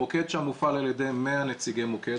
המוקד שם מופעל על ידי 100 נציגי מוקד,